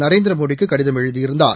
நரேந்திர மோடிக்கு கடிதம் எழுதியிருந்தார்